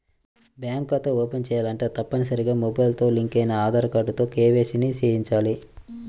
bank ఖాతా open చేయాలంటే తప్పనిసరిగా మొబైల్ తో లింక్ అయిన ఆధార్ కార్డుతో కేవైసీ ని చేయించాలి